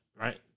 right